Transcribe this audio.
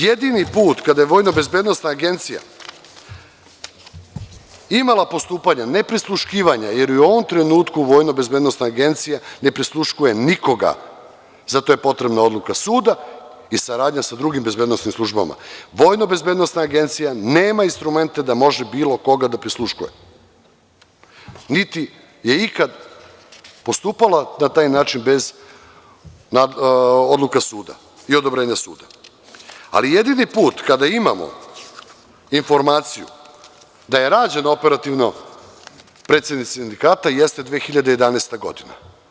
Jedini put kada je Vojnobezbednosna agencija imala postupanja, ne prisluškivanja, jer i u ovom trenutku Vojnobezbednosna agencija ne prisluškuje nikoga, za to je potrebna odluka suda i saradnja sa drugim bezbednosnim službama, a Vojnobezbednosna agencija nema instrumente da može bilo koga da prisluškuje, niti je ikada postupala na taj način bez odluke suda i odobrenja suda, ali jedini put kada imamo informaciju da je rađen operativno predsednik sindikata, jeste 2011. godina.